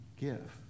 give